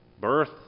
birth